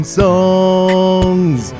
songs